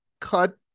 cut